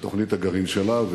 בתוכנית הגרעין שלה,